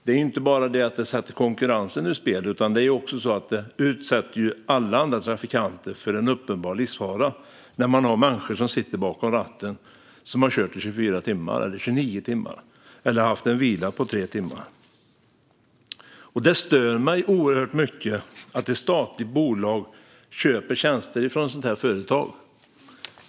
Det sätter inte bara konkurrensen ur spel; det utsätter också alla andra trafikanter för uppenbar livsfara när människor sitter bakom ratten och har kört i 29 timmar eller har haft en vila på 3 timmar. Det stör mig oerhört mycket att ett statligt bolag köper tjänster från ett sådant här företag.